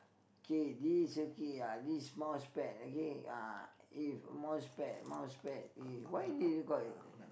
K this okay uh this mouse pad okay uh if mouse pad mouse pad eh why do they call it